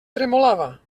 tremolava